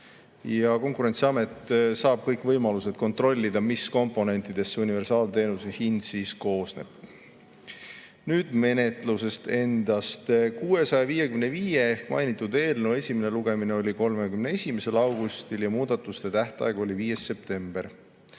Konkurentsiamet saab kõik võimalused kontrollida, mis komponentidest universaalteenuse hind koosneb. Nüüd menetlusest endast. 655 SE ehk mainitud eelnõu esimene lugemine oli 31. augustil ja muudatuste tähtaeg oli 5. september.